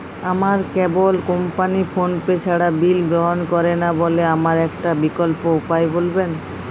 আমার কেবল company PhonePe ছাড়া বিল গ্রহণ করে না বলে আমার একটা বিকল্প উপায় বলবেন?